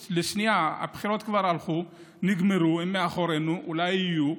הבחירות כבר הלכו, נגמרו, הן מאחורינו, אולי יהיו,